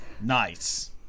Nice